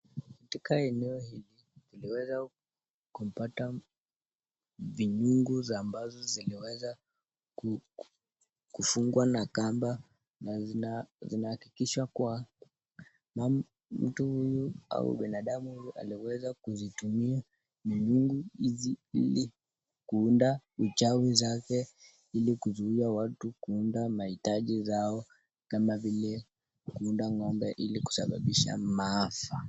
Katika eneo hili tuliwezakumpata vinyungu hizi ambazo ziliweza kufungwa na kamba, na zinahakikisha kuwa mtu huyu au binadamu huyu aliweza kuzitumia nyungu hizi ili kuunda uchawi zake ilikuzuia watu kuunda maitaji zao kama vile kuunda ngombe ilikusababisha maafa.